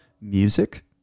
music